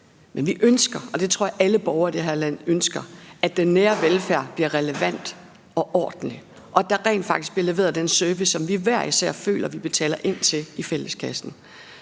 Men vi ønsker, og det tror jeg alle borgere i det her land gør, at den nære velfærd bliver relevant og ordentlig, og at der rent faktisk bliver leveret den service, som vi hver især føler vi betaler ind til i fælleskassen.